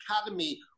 Academy